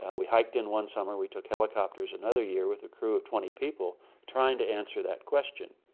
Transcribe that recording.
ah we hiked in one summer, we took helicopters another year with a crew of twenty people trying to answer that question.